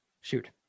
Shoot